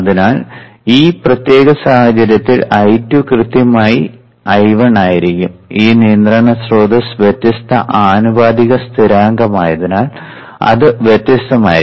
അതിനാൽ ഈ പ്രത്യേക സാഹചര്യത്തിൽ I2 കൃത്യമായി I1 ആയിരിക്കും ഈ നിയന്ത്രണ സ്രോതസ്സ് വ്യത്യസ്ത ആനുപാതിക സ്ഥിരാങ്കമായാൽ അത് വ്യത്യസ്തമായിരിക്കും